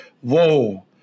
whoa